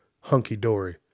hunky-dory